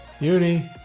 Uni